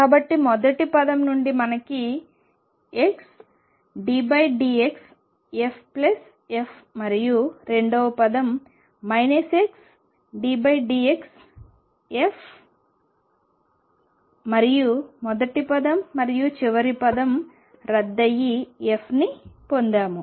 కాబట్టి మొదటి పదం నుండి మనకు xddxff మరియు రెండవ పదం xddxf మరియు మొదటి పదం మరియు చివరి పదం రద్దు అయ్యి f ని పొందాము